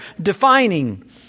defining